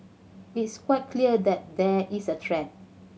it's quite clear that there is a threat